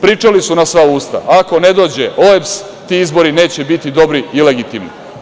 Pričali su na sva usta – ako ne dođe OEBS, ti izbori neće biti dobri i legitimni.